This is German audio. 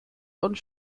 und